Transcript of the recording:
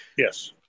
Yes